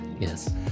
Yes